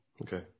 okay